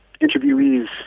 interviewees